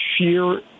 sheer